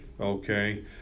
Okay